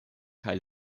kaj